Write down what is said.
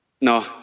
No